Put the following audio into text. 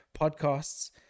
podcasts